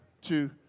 two